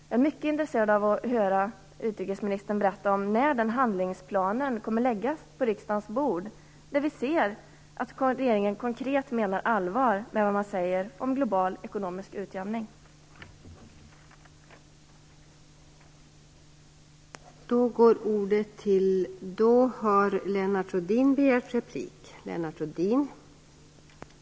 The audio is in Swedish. Jag är mycket intresserad av att höra utrikesministern berätta när den handlingsplan där vi ser att regeringen konkret menar allvar med vad man säger om global ekonomisk utjämning kommer att läggas på riksdagens bord.